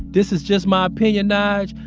this is just my opinion, nyge,